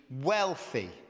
wealthy